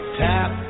tap